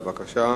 בבקשה.